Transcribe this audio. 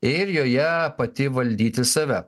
ir joje pati valdyti save